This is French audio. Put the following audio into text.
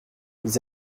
ils